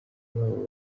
babo